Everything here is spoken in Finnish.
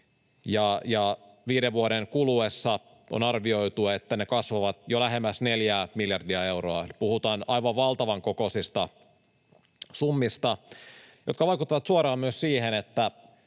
viiden vuoden kuluessa ne kasvavat jo lähemmäs neljää miljardia euroa. Puhutaan aivan valtavan kokoisista summista, jotka vaikuttavat suoraan myös siihen,